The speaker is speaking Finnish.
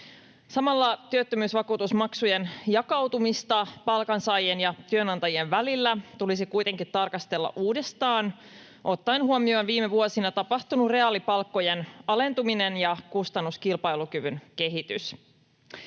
Samalla työttömyysvakuutusmaksujen jakautumista palkansaajien ja työnantajien välillä tulisi kuitenkin tarkastella uudestaan ottaen huomioon viime vuosina tapahtunut reaalipalkkojen alentuminen ja kustannuskilpailukyvyn kehitys.